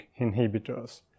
inhibitors